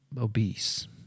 obese